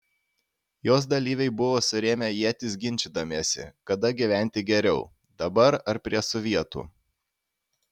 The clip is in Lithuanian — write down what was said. jos dalyviai buvo surėmę ietis ginčydamiesi kada gyventi geriau dabar ar prie sovietų